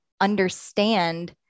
understand